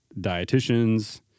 dietitians